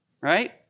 right